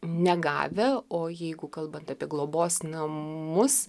negavę o jeigu kalbant apie globos namus